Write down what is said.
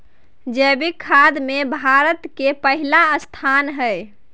जैविक खेती में भारत के पहिला स्थान हय